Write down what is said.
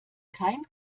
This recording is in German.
kein